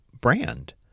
brand